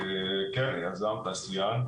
בבקשה.